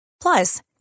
Plus